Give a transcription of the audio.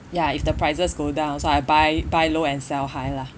ya if the prices go down so I buy buy low and sell high lah